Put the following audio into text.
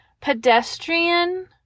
pedestrian